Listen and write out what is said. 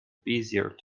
bezier